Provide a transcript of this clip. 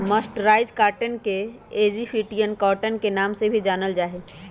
mercerised cotton के Egyptian cotton के नाम से भी जानल जा हई